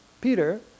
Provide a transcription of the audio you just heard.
Peter